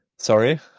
Sorry